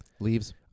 Leaves